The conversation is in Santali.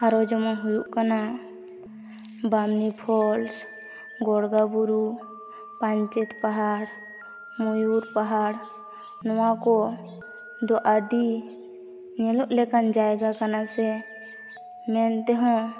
ᱟᱨᱚ ᱡᱮᱢᱚᱱ ᱦᱩᱭᱩᱜ ᱠᱟᱱᱟ ᱵᱟᱢᱱᱤ ᱯᱷᱚᱞᱥ ᱜᱚᱨᱜᱟᱵᱩᱨᱩ ᱯᱟᱧᱪᱮᱛ ᱯᱟᱦᱟᱲ ᱢᱚᱭᱩᱨ ᱯᱟᱦᱟᱲ ᱱᱚᱣᱟᱠᱚ ᱫᱚ ᱟᱹᱰᱤ ᱧᱮᱞᱚᱜ ᱞᱮᱠᱟᱱ ᱡᱟᱭᱜᱟ ᱠᱟᱱᱟ ᱥᱮ ᱢᱮᱱᱛᱮᱦᱚᱸ